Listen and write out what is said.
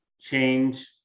change